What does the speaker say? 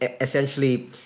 essentially